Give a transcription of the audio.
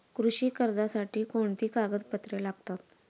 कृषी कर्जासाठी कोणती कागदपत्रे लागतात?